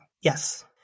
Yes